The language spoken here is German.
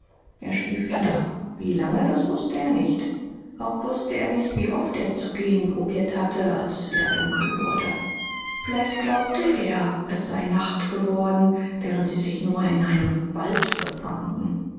er schlief wieder wie lange das wußte er nicht auch wußte er nicht wie oft er zu gehen probiert hatte als es wieder dunkel wurde vielleicht glaubte er es sei nacht geworden während sie sich nur in einem wald befanden